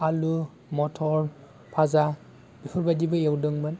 आलु मथर भाजा बेफोर बायदिबो एवदोंमोन